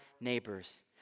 neighbors